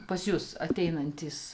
pas jus ateinantys